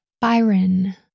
Byron